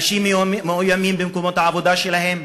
אנשים מאוימים במקומות העבודה שלהם,